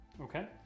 Okay